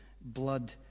blood